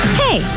hey